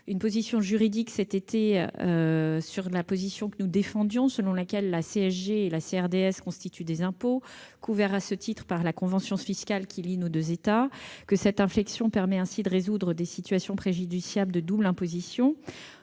une décision juridique sur la position que nous défendions, selon laquelle la CSG et la CRDS constituent des impôts, couverts à ce titre par la convention fiscale qui lie nos deux États. Cette inflexion permet de résoudre des situations préjudiciables de double imposition.